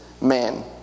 man